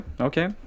okay